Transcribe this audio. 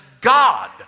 God